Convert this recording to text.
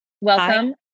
Welcome